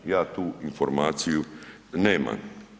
Ja tu informaciju nemam.